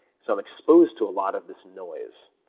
so i'm exposed to a lot of this noise,